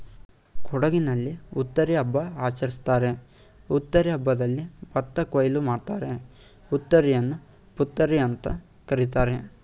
ಕೊಡಗಿನಲ್ಲಿ ಹುತ್ತರಿ ಹಬ್ಬ ಆಚರಿಸ್ತಾರೆ ಹುತ್ತರಿ ಹಬ್ಬದಲ್ಲಿ ಭತ್ತ ಕೊಯ್ಲು ಮಾಡ್ತಾರೆ ಹುತ್ತರಿಯನ್ನು ಪುತ್ತರಿಅಂತ ಕರೀತಾರೆ